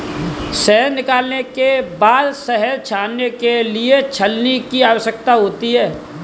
शहद निकालने के बाद शहद छानने के लिए छलनी की आवश्यकता होती है